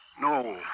No